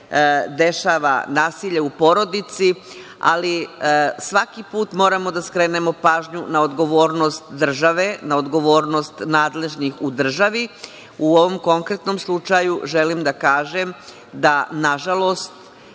dešava nasilje u porodici, ali svaki put moramo da skrenemo pažnju na odgovornost države, na odgovornost nadležnih u državi. U ovom konkretnom slučaju želim da kažem da na žalost